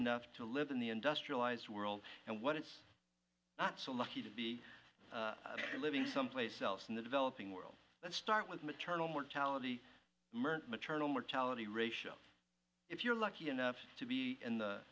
enough to live in the industrialized world and what it's not so lucky to be living someplace else in the developing world let's start with maternal mortality maternal mortality ratio if you're lucky enough to be in the